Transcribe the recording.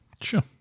sure